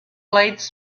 blades